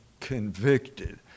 convicted